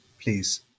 please